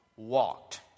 walked